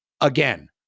Again